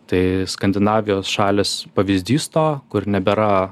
tai skandinavijos šalys pavyzdys to kur nebėra